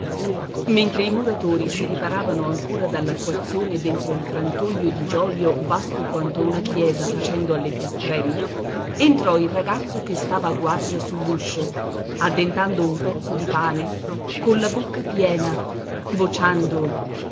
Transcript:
mentre i muratori si riparavano ancora dall'acquazzone dentro il frantoio di giolio vasto quanto una chiesa facendo alle piastrelle entrò il ragazzo che stava a guardia sull'uscio addentando un pezzo di pane colla bocca piena vociando